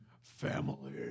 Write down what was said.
Family